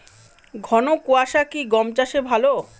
ঘন কোয়াশা কি গম চাষে ভালো?